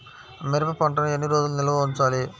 మిరప పంటను ఎన్ని రోజులు నిల్వ ఉంచాలి?